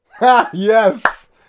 Yes